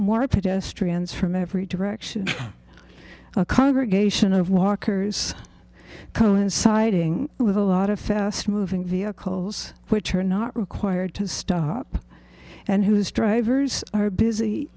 more pedestrians from every direction a congregation of walkers coinciding with a lot of fast moving vehicles which are not required to stop and his drivers are busy